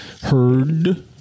heard